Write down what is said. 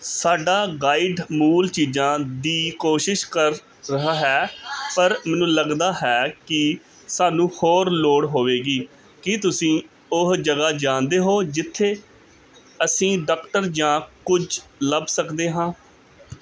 ਸਾਡਾ ਗਾਈਡ ਮੂਲ ਚੀਜ਼ਾਂ ਦੀ ਕੋਸ਼ਿਸ਼ ਕਰ ਰਿਹਾ ਹੈ ਪਰ ਮੈਨੂੰ ਲੱਗਦਾ ਹੈ ਕਿ ਸਾਨੂੰ ਹੋਰ ਲੋੜ ਹੋਵੇਗੀ ਕੀ ਤੁਸੀਂ ਉਹ ਜਗ੍ਹਾ ਜਾਣਦੇ ਹੋ ਜਿੱਥੇ ਅਸੀਂ ਡਾਕਟਰ ਜਾਂ ਕੁਝ ਲੱਭ ਸਕਦੇ ਹਾਂ